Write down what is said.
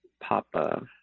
papa